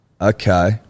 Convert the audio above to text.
Okay